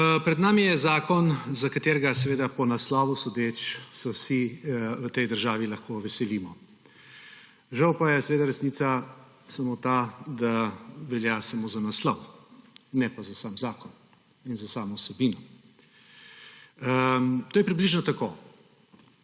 Pred nami je zakon, katerega, po naslovu sodeč, se vsi v tej državi lahko veselimo. Žal pa je resnica samo ta, da velja samo za naslov, ne pa za sam zakon in za samo vsebino. To je približno tako: